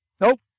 Nope